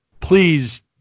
please